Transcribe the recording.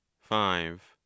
five